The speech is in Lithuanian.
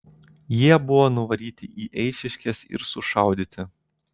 jie buvo nuvaryti į eišiškes ir sušaudyti